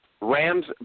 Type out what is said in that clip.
Rams